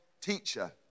teacher